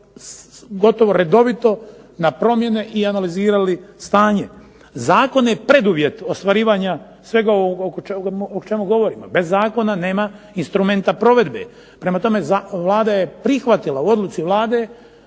gotovo redovito na promjene i analizirali stanje. Zakon je preduvjet ostvarivanja svega ovoga o čemu govorimo bez zakona nema instrumenta provedbe. Prema tome, Vlada je prihvatila, u odluci Vlade